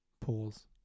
Pause